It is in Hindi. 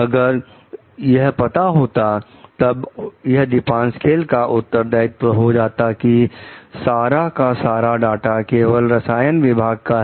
अगर यह पता होता तब यह दीपासक्वेल का उत्तरदायित्व हो जाता कि सारा का सारा डाटा केवल रसायन विभाग का है